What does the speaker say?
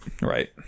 right